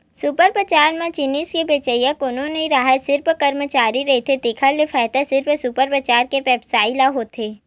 super बजार म जिनिस के बेचइया कोनो नइ राहय सिरिफ करमचारी रहिथे तेखर ले फायदा सिरिफ सुपर बजार के बेवसायी ल होथे